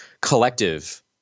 collective